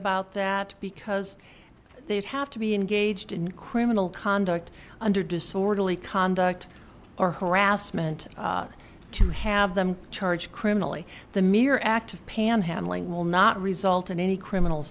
about that because they'd have to be engaged in criminal conduct under disorderly conduct or harassment to have them charged criminally the mere act of panhandling will not result in any criminal